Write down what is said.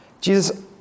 Jesus